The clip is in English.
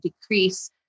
decrease